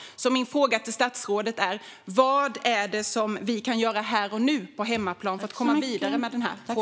Min fråga till statsrådet är: Vad kan vi göra här och nu på hemmaplan för att komma vidare med den här frågan?